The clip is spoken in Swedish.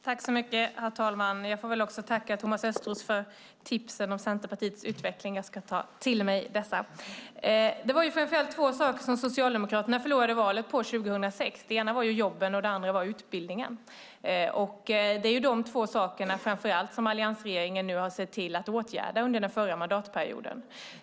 Herr talman! Jag får tacka Thomas Östros för tipsen om Centerpartiets utveckling. Jag ska ta dem till mig. Det var framför allt två frågor Socialdemokraterna förlorade valet på 2006. Det ena var jobben och det andra utbildningen. Det är främst dessa två frågor alliansregeringen sett till att åtgärda under den förra mandatperioden.